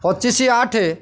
ପଚିଶ ଆଠ